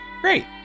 Great